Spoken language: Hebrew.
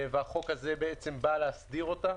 והחוק הזה בא להסדיר אותה.